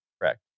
Correct